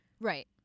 Right